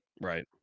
Right